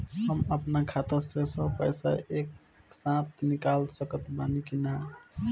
हम आपन खाता से सब पैसा एके साथे निकाल सकत बानी की ना?